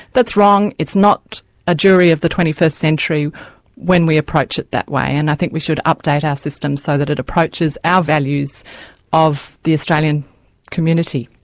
that's wrong, it's not a jury of the twenty first century when we approach it that way, and i think we should update our system so that it approaches our values of the australian community.